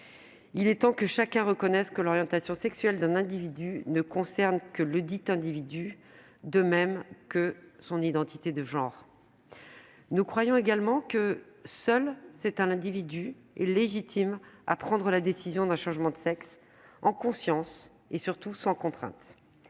Il est temps que chacun reconnaisse que l'orientation sexuelle d'un individu ne concerne que ledit individu, de même que son identité de genre. Nous croyons aussi que seul cet individu peut légitimement prendre la décision d'un changement de sexe, en conscience et sans contrainte.